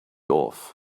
off